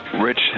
Rich